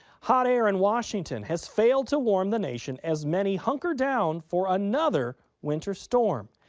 hot air in washington has failed to warm the nation as many hunker down for another winter storm.